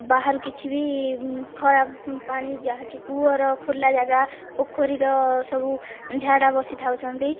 ବାହାରୁ କିଛି ବି ଖରାପ ପାଣି ଯାହାକି କୂଅର ଖୋଲା ଜାଗା ପୋଖରୀର ସବୁ ଝାଡ଼ା ବସି ଥାଉଛନ୍ତି